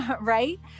right